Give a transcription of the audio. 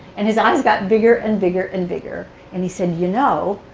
and his eyes got bigger and bigger and bigger, and he said, you know,